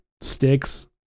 sticks